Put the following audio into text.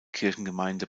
kirchengemeinde